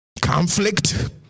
Conflict